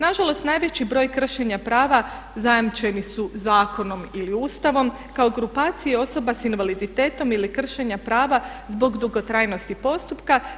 Nažalost, najveći broj kršenja prava zajamčeni su zakonom ili Ustavom kao grupaciji osoba s invaliditetom ili kršenja prava zbog dugotrajnosti postupka.